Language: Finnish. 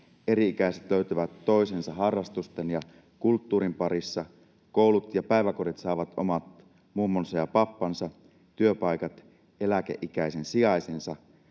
eri-ikäiset löytävät toisensa harrastusten ja kulttuurin parissa, koulut ja päiväkodit saavat omat mummunsa ja pappansa, työpaikat eläkeikäisen sijaisensa